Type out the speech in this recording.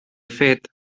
fet